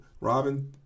Robin